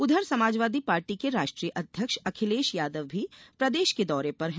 उधर समाजवादी पार्टी के राष्ट्रीय अध्यक्ष अखिलेश यादव भी प्रदेश के दौरे पर हैं